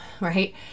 right